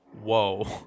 whoa